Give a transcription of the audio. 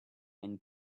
and